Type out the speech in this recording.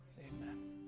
amen